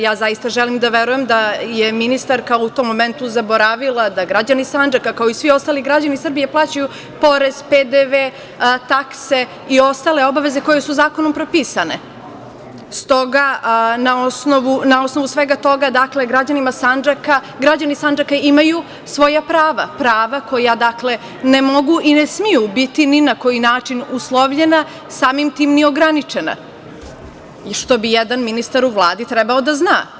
Ja zaista želim da verujem da je ministarka u tom momentu zaboravila da građani Sandžaka, kao i svi ostali građani Srbije plaćaju porez, PDV, takse i ostale obaveze koje su zakonom propisane, stoga na osnovu svega toga građani Sandžaka imaju svoja prava, prava koja ne mogu i ne smeju biti ni na koji način uslovljena, samim tim ni ograničena što bi jedan ministar u Vladi trebao da zna.